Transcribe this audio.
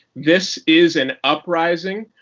this is an uprising!